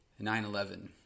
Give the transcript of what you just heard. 9-11